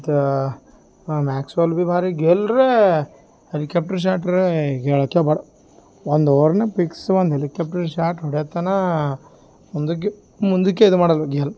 ಮತ್ತು ಮ್ಯಾಕ್ಸ್ವೆಲ್ ಬಿ ಭಾರಿ ಗೇಲ್ ರೇ ಹೆಲಿಕ್ಯಾಪ್ಟ್ರ್ ಶಾಟ್ರೇ ಹೇಳೋಕ್ಕೆ ಬೇಡ ಒಂದು ಓವರ್ನೆ ಪಿಕ್ಸು ಒಂದು ಹೆಲಿಕ್ಯಾಪ್ಟರ್ ಶಾಟ್ ಹೊಡ್ಯತನಾ ಮುಂದಿಗ್ಗೆ ಮುಂದಕ್ಕೆ ಇದು ಮಾಡೋದು ಗೇಲ್